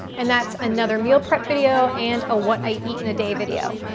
and that's another meal prep video and a what i eat in a day video.